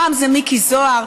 פעם זה מיקי זוהר,